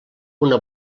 una